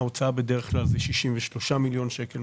ההוצאה היא בדרך כלל 63 מיליון שקלים,